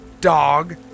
dog